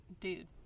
dude